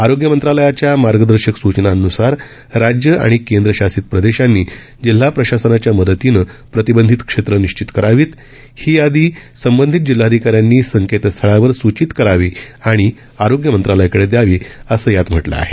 आरोग्य मंत्रालयाच्या मार्गदर्शक सूचनांनुसार राज्य आणि केंद्रशासित प्रदेशांनी जिल्हा प्रशासनाच्या मदतीनं प्रतिबंधित क्षेतं निश्चित करावीत ही यादी संबंधित जिल्हाधिकाऱ्यांनी संकेतस्थळावर सूचित करावी आणि आरोग्य मंत्रालयाकडे दयावी असं यात म्हटलं आहे